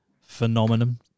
phenomenon